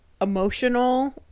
emotional